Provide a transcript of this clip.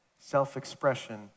self-expression